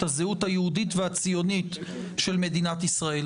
הזהות היהודית והציונית של מדינת ישראל.